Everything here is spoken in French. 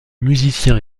musicien